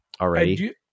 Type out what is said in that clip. already